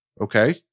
Okay